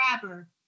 grabber